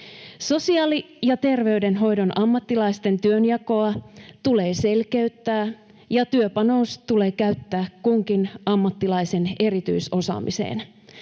Sosiaali- ja terveydenhoidon ammattilaisten työnjakoa tulee selkeyttää ja työpanos tulee käyttää kunkin ammattilaisen erityisosaamiseen.